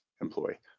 employee